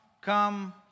come